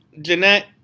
Jeanette